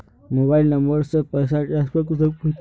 Mobile number से पैसा transfer कुंसम होचे?